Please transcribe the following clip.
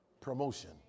promotion